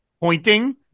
pointing